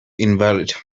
invalid